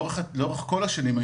לאורך כל השנים,